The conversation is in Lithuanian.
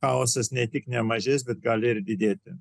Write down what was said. chaosas ne tik nemažės bet gali ir didėti